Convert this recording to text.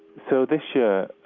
so this year,